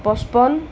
পঁচপন